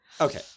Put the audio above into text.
okay